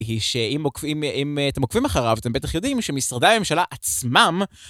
היא שאם אתם עוקבים אחריו, אתם בטח יודעים שמשרדי הממשלה עצמם...